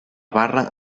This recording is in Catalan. barra